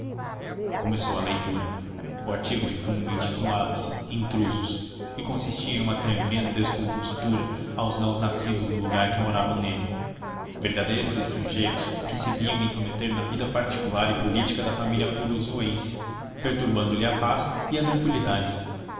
começou a leitura o artigo de fundo intitulava-se intrusos e consistia em uma tremenda descompostura aos não nascidos no lugar que moravam nele verdadeiros estrangeiros que se vinham intrometer na vida particular e política da família curuzuense perturbando lhe a paz e a tranqüilidade